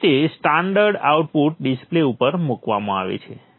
તેથી તે standard output display ઉપર મૂકવામાં આવે છે